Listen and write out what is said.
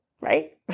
right